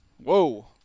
Whoa